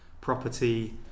property